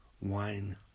Wine